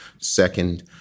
Second